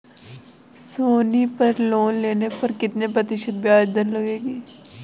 सोनी पर लोन लेने पर कितने प्रतिशत ब्याज दर लगेगी?